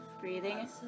Breathing